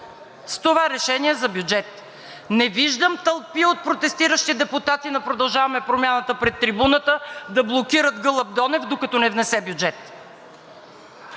с това решение за бюджет. Не виждам тълпи от протестиращи депутати на „Продължаваме Промяната“ пред трибуната да блокират Гълъб Донев, докато не внесе бюджет.